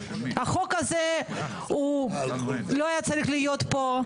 החוק הזה הוא לא היה צריך להיות פה,